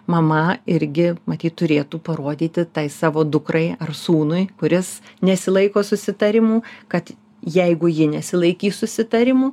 mama irgi matyt turėtų parodyti tai savo dukrai ar sūnui kuris nesilaiko susitarimų kad jeigu ji nesilaikys susitarimų